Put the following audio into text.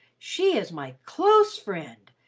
she is my close friend,